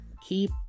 keep